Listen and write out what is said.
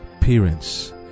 parents